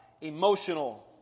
emotional